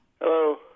Hello